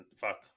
fuck